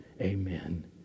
Amen